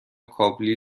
کابلی